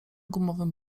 gumowym